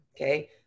okay